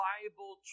Bible